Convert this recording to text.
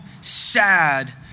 sad